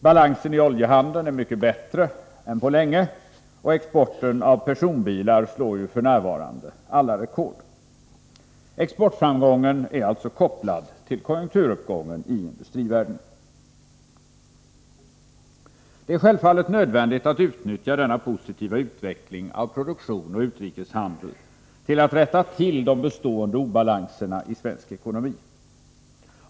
Balansen i oljehandeln är mycket bättre än på länge, och exporten av personbilar slår ju f.n. alla rekord. Exportframgången är alltså kopplad till konjunkturuppgången i industrivärlden. Det är självfallet nödvändigt att utnyttja denna positiva utveckling av produktion och utrikeshandel till att rätta till de bestående obalanserna i svensk ekonomi.